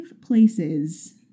places